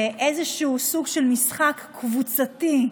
באיזשהו סוג של משחק קבוצתי,